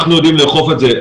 אנחנו יודעים לאכוף את זה.